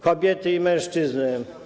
kobiety i mężczyzny.